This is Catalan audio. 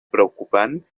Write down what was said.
preocupant